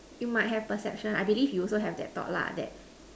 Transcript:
you might have perception I believe you also have that thought lah that